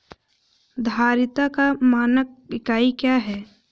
धारिता का मानक इकाई क्या है?